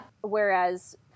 Whereas